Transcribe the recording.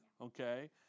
okay